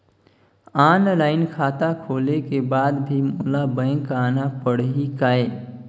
Online खाता खोले के बाद भी मोला बैंक आना पड़ही काय?